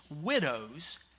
widows